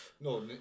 No